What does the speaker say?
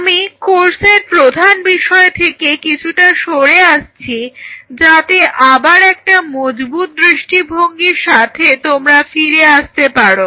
আমি কোর্সের প্রধান বিষয় থেকে কিছুটা সরে আসছি যাতে আবার একটা মজবুত দৃষ্টিভঙ্গির সাথে তোমরা ফিরে আসতে পারো